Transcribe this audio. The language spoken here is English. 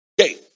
Okay